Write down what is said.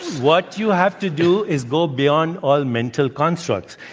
what you have to do is go beyond all mental constructs.